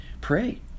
pray